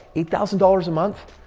eight thousand dollars a month,